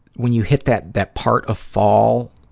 when you hit that, that part of fall,